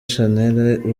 shanel